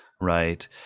right